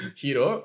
hero